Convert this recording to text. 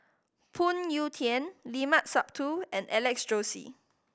Phoon Yew Tien Limat Sabtu and Alex Josey